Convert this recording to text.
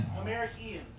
American